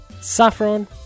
Saffron